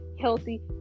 healthy